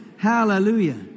Hallelujah